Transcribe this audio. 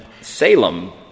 Salem